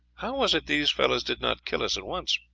how was it these fellows did not kill us at once?